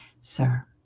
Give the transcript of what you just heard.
Sir